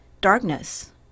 darkness